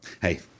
hey